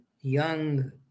young